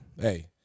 hey